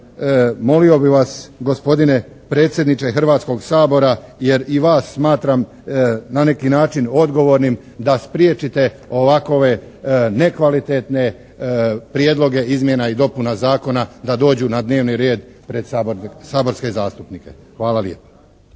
molio bih vas gospodine predsjedniče Hrvatskog sabora jer i vas smatram na neki način odgovornim da spriječite ovakove nekvalitetne prijedloge izmjena i dopuna zakona da dođu na dnevni red pred saborske zastupnike. Hvala lijepa.